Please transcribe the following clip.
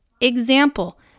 Example